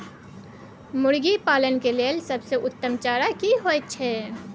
मुर्गी पालन के लेल सबसे उत्तम चारा की होयत छै?